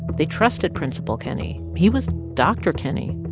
but they trusted principal kenney. he was dr. kenney.